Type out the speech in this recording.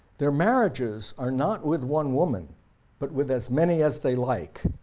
their marriages are not with one woman but with as many as they like,